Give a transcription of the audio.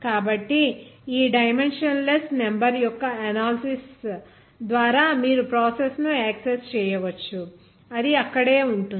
కాబట్టి ఈ dimensionless number యొక్క ఎనాలిసిస్ ద్వారా మీరు ప్రాసెస్ను యాక్సెస్ చేయవచ్చు అది అక్కడే ఉంటుంది